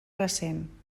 recent